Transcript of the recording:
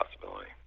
possibility